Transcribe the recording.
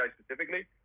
specifically